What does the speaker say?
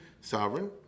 sovereign